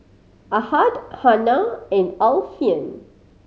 Ahad Hana and Alfian